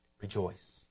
rejoice